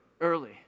Early